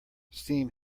steam